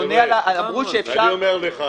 אמרו שאפשר --- אני אומר לך